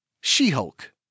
She-Hulk